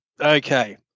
Okay